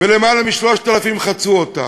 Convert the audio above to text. ולמעלה מ-3,000 חצו אותה.